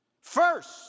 first